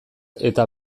eta